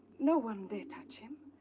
no one dare touch him.